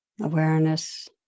awareness